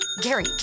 Gary